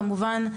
כמובן,